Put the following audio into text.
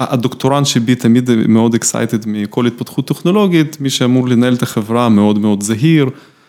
הדוקטורנט שבי תמיד מאוד excited מכל התפתחות טכנולוגית, מי שאמור לנהל את החברה מאוד מאוד זהיר.